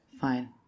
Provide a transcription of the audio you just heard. Fine